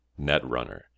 Netrunner